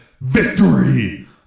Victory